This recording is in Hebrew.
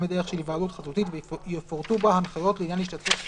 בדרך של היוועדות חזותית ויפורטו בה הנחיות לעניין ההשתתפות בישיבה.